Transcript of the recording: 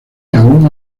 aún